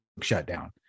shutdown